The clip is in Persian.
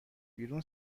بیرون